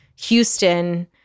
Houston